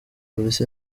polisi